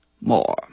more